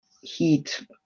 Heat